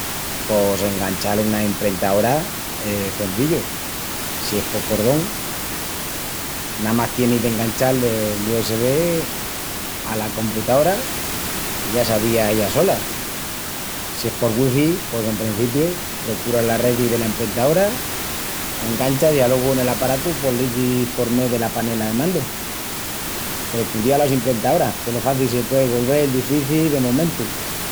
Pos enganchal una imprentaora es cenzillu si es por cordón, namás tienis d'enganchal el usb ala computaora i ya s'avía ella sola. Si es por wifi pos, en prencipiu, precuras la redi dela imprentaora, enganchas i alogu nel aparatu pos l'izis por mé dela panela de mandu. Peru cudiau las imprentaoras, que lo faci se puei golvel difici de momentu!